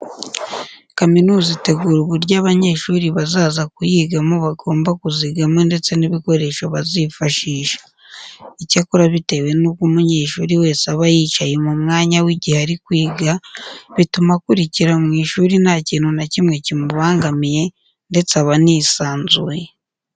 Kaminuza itegura uburyo abanyeshuri bazaza kuyigamo bagomba kuzigamo ndetse n'ibikoresho bazifashisha. Icyakora bitewe nuko umunyeshuri wese aba yicaye mu mwanya we igihe ari kwiga, bituma akurikira mu ishuri nta kintu na kimwe kimubangamiye ndetse aba anisanzuye.